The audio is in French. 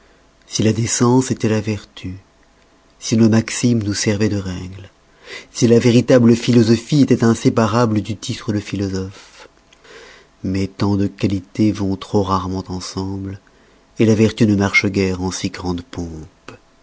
si la décence étoit la vertu si nos maximes nous servoient de règle si la véritable philosophie étoit inséparable du titre de philosophe mais tant de qualités vont trop rarement ensemble la vertu ne marche gueres en si grande pompe